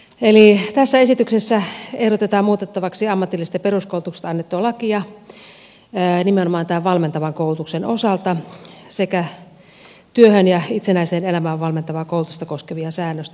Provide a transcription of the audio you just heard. eli tässä esityksessä ehdotetaan muutettavaksi ammatillisesta peruskoulutuksesta annettua lakia nimenomaan tämän valmentavan koulutuksen osalta sekä työhön ja itsenäiseen elämään valmentavaa koulutusta koskevien säännösten osalta